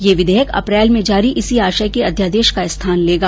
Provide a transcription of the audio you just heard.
ये विधेयक अप्रैल में जारी इसी आशय के अध्यादेश का स्थान लेगा